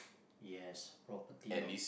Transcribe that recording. yes property not